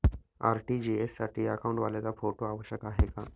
RTGS साठी अकाउंटवाल्याचा photo आवश्यक आहे का?